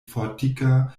fortika